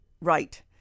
right